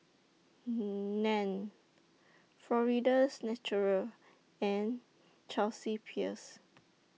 NAN Florida's Natural and Chelsea Peers